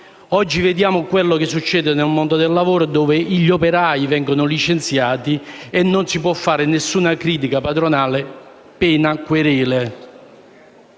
Oggi vediamo ciò che accade nel mondo del lavoro dove gli operai vengono licenziati e non si può muovere nessuna critica al padrone, pena querele.